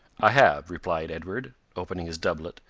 i have, replied ed ward, opening his doublet,